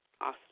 awesome